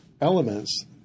elements